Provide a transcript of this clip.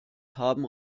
haben